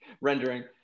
rendering